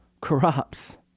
corrupts